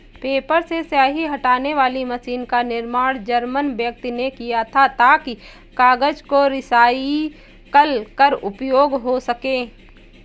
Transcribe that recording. paper से स्याही हटाने वाली मशीन का निर्माण जर्मन व्यक्ति ने किया था ताकि कागज को रिसाईकल कर उपयोग हो सकें